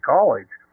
College